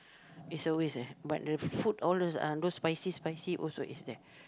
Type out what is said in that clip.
it's always eh but the food all those uh those spicy spicy also is there